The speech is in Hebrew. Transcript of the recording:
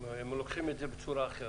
הם לוקחים את זה בצורה אחרת.